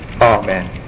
Amen